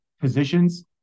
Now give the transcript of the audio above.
positions